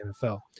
nfl